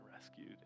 rescued